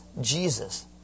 Jesus